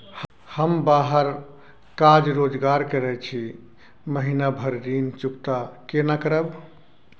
हम बाहर काज रोजगार करैत छी, महीना भर ऋण चुकता केना करब?